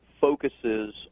focuses